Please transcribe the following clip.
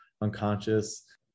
unconscious